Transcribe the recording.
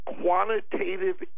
quantitative